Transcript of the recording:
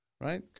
right